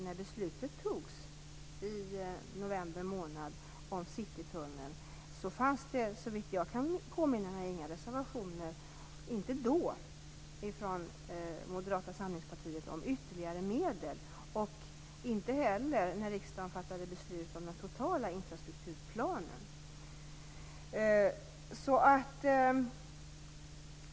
När beslutet om Citytunneln fattades i november månad fanns det såvitt jag kan påminna mig inga reservationer från Moderata samlingspartiet om ytterligare medel, inte heller när riksdagen fattade beslut om den totala infrastrukturplanen.